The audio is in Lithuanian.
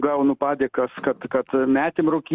gaunu padėkas kad kad metėm rūkyt